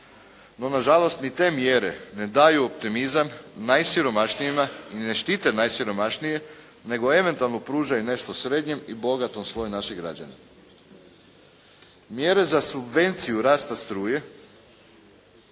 No, na žalost ni te mjere ne daju optimizam najsiromašnijima i ne štite najsiromašnije, nego eventualno pružaju nešto srednjem i bogatom sloju naših građana. Mjere za subvenciju rasta struje